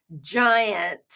giant